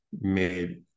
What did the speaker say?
made